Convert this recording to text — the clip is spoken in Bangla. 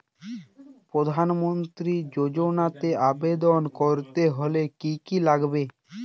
প্রধান মন্ত্রী যোজনাতে আবেদন করতে হলে কি কী লাগবে?